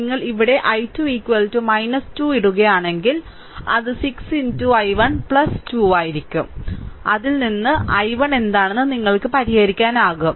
നിങ്ങൾ ഇവിടെ i2 2 ഇടുകയാണെങ്കിൽ അത് 6 i1 2 ആയിരിക്കും അതിൽ നിന്ന് i1 എന്താണെന്ന് നിങ്ങൾക്ക് പരിഹരിക്കാനാകും